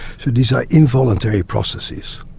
so these are involuntary processes.